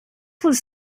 was